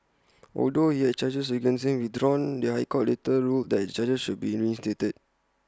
although he had the charges against him withdrawn the High Court later ruled that the charges should be reinstated